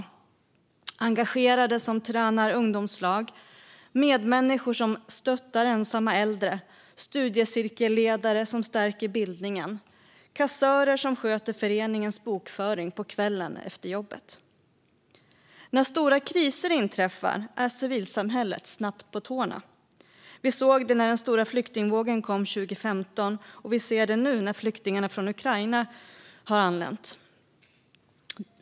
Det handlar om engagerade som tränar ungdomslag, medmänniskor som stöttar ensamma äldre, studiecirkelledare som stärker bildningen och kassörer som sköter föreningens bokföring på kvällen efter jobbet. När stora kriser inträffar är civilsamhället snabbt på tårna. Vi såg det när den stora flyktingvågen kom 2015, och vi ser det nu när flyktingarna från Ukraina har anlänt.